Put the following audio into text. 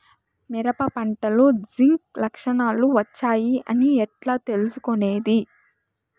మిరప పంటలో జింక్ లక్షణాలు వచ్చాయి అని ఎట్లా తెలుసుకొనేది?